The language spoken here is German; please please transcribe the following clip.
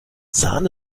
sahne